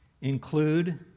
include